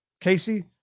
Casey